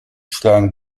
schlagen